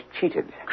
cheated